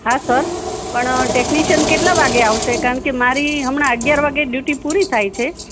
હા સર પણ ટેકનીશન કેટલા વાગે આવસે કારણ કે મારી હમણાં અગયાર વાગે ડયુટી પૂરી થાયે છે